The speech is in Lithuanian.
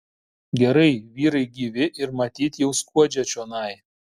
gerai vyrai gyvi ir matyt jau skuodžia čionai